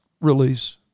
release